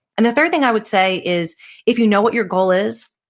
and the third thing i would say is if you know what your goal is,